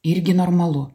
irgi normalu